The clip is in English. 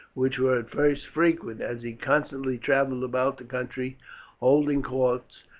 which were at first frequent, as he constantly travelled about the country holding courts,